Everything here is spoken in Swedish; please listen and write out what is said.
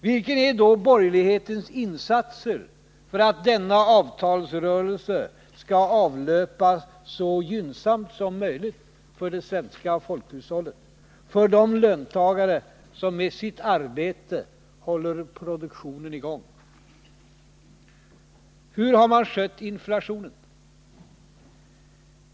Vilka är då borgerlighetens insatser för att denna avtalsrörelse skall avlöpa så gynnsamt som möjligt för det svenska folkhushållet, för de löntagare som med sitt arbete håller produktionen i gång? Hur har man skött inflationen?